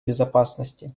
безопасности